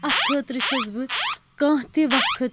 اَتھ خٲطرٕ چھَس بہٕ کانٛہہ تہِ وقت